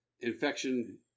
infection